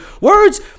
Words